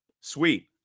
Sweet